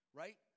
right